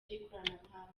ikoranabuhanga